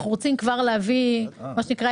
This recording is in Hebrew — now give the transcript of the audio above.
אנחנו רוצים כבר להביא מה שנקרא: